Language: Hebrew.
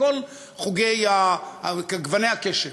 מכל גוני הקשת.